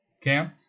Cam